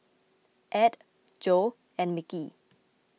Add Jo and Mickey